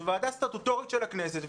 שהיא ועדה סטטוטורית של הכנסת,